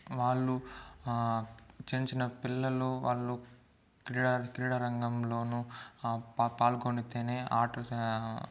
వాళ్ళు చిన్నచిన్న పిల్లలు వాళ్ళు క్రీడ క్రీడారంగంలోను పా పాల్గొంటేనే ఆట స